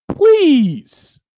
Please